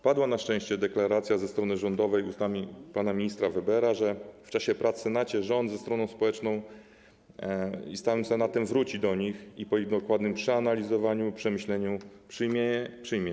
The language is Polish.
Padła na szczęście deklaracja ze strony rządowej, z ust pana ministra Webera, że w czasie prac w Senacie rząd ze stroną społeczną i Senatem wróci do nich i po ich dokładnym przeanalizowaniu, przemyśleniu, przyjmie je.